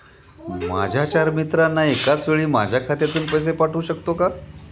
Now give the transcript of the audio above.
माझ्या चार मित्रांना एकाचवेळी माझ्या खात्यातून पैसे पाठवू शकतो का?